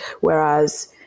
whereas